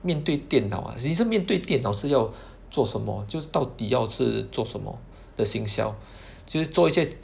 面对电脑 ah 你是面对电脑是要做什么就是到底要是做什么的营销就是做一些